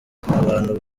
abantu